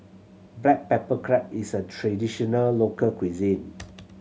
black pepper crab is a traditional local cuisine